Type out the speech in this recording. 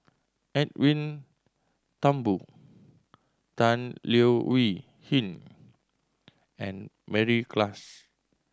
Edwin Thumboo Tan Leo Wee Hin and Mary Klass